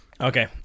Okay